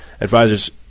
advisors